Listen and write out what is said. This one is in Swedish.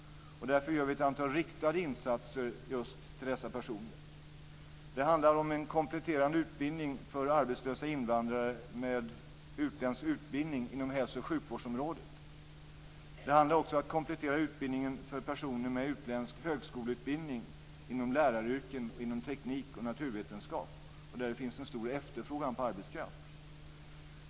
Därför gör vi ett antal insatser riktade just mot dessa personer. Det handlar om en kompletterande utbildning för arbetslösa invandrare med utländsk utbildning inom hälso och sjukvårdsområdet. Det handlar också om att komplettera utbildningen för personer med utländsk högskoleutbildning inom läraryrken och inom teknik och naturvetenskap, där det finns en stor efterfrågan på arbetskraft.